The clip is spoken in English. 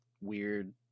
weird